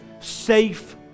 safe